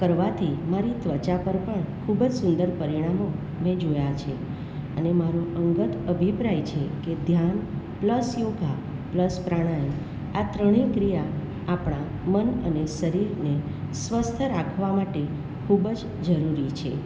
કરવાથી મારી ત્વચા પર પણ ખૂબ જ સુંદર પરિણામો મેં જોયા છે અને મારો અંગત અભિપ્રાય છે કે ધ્યાન પ્લસ યોગા પ્લસ પ્રાણાયામ આ ત્રણે ક્રિયા આપણા મન અને શરીરને સ્વસ્થ રાખવા માટે ખૂબ જ જરૂરી છે